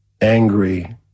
angry